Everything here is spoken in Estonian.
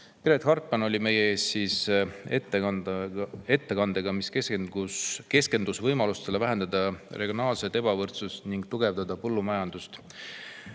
Piret Hartman oli meie ees ettekandega, kus ta keskendus võimalustele vähendada regionaalset ebavõrdsust ning tugevdada põllumajandust,